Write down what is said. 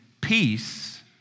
peace